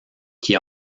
qui